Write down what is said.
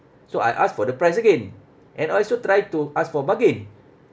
so I ask for the price again and I also try to ask for bargain